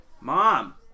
Mom